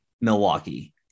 Milwaukee